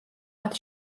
მათ